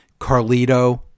Carlito